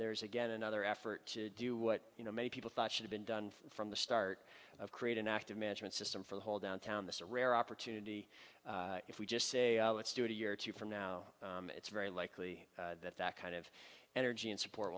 there is again another effort to do what you know many people thought should have been done from the start of create an active management system for the whole downtown this a rare opportunity if we just say let's do it a year or two from now it's very likely that that kind of energy and support